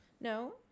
No